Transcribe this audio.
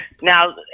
now